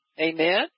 Amen